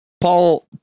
Paul